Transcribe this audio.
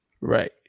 Right